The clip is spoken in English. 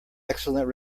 excellent